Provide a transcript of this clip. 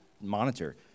monitor